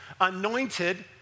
anointed